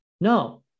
No